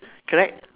correct